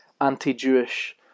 anti-Jewish